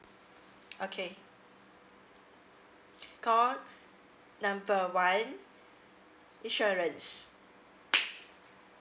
okay call number one insurance